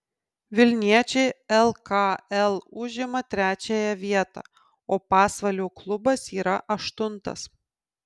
vilniečiai lkl užima trečiąją vietą o pasvalio klubas yra aštuntas